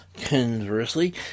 Conversely